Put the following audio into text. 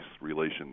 relations